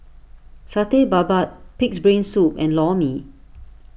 Satay Babat Pig's Brain Soup and Lor Mee